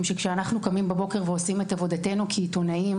שכשאנחנו קמים בבוקר ועושים את עבודתנו כעיתונאים,